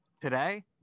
today